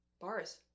bars